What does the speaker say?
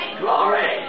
glory